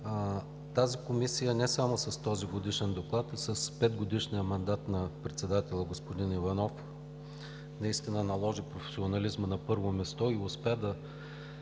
Комисията не само с този годишен доклад, и с петгодишния мандат на председателя господин Иванов наистина наложи професионализма на първо място и успя да